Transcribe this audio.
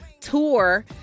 tour